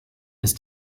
ist